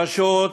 פשוט,